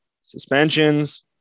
Suspensions